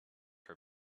her